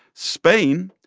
spain,